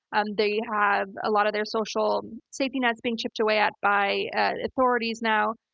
um they have a lot of their social safety nets being chipped away at by authorities now,